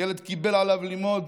הילד קיבל עליו ללמוד